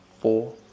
four